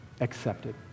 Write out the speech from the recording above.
accepted